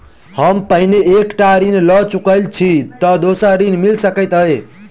हम पहिने एक टा ऋण लअ चुकल छी तऽ दोसर ऋण मिल सकैत अई?